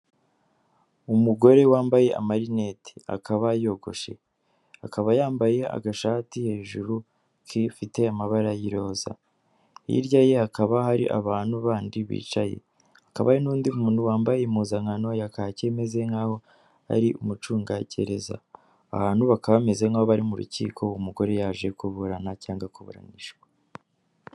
Umugore wambaye amarinete, akaba yogoshe, akaba yambaye agashati hejuru gafite amabara y'iroza, hirya ye hakaba hari abantu bandi bicaye, hakaba n'undi muntu wambaye impuzankano ya kacyi imeze nk'aho ari umucungagereza, abantu bakaba bameze nk'abari mu rukiko umugore yaje kuburana cyangwa kuburanishwa.